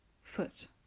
foot